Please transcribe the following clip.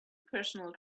personal